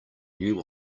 new